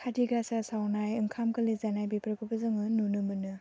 कार्तिक गासा सावनाय ओंखाम गोरलै जानाय बेफोरखौबो जोङो नुनो मोनो